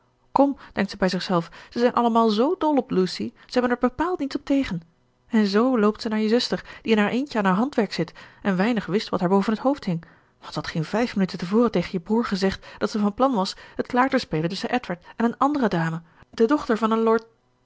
kom denkt ze bij zichzelf ze zijn allemaal z dol op lucy ze hebben er bepaald niets op tegen en z loopt ze naar je zuster die in haar eentje aan haar handwerk zit en weinig wist wat haar boven t hoofd hing want ze had geen vijf minuten te voren tegen je broer gezegd dat zij van plan was het klaar te spelen tusschen edward en een andere dame de dochter van een lord